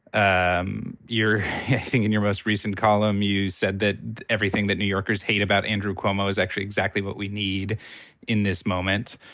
um think in your most recent column, you said that everything that new yorkers hate about andrew cuomo is actually exactly what we need in this moment.